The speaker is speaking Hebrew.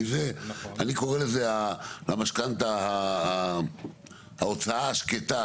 אני קורא למשכנתא ההוצאה השקטה,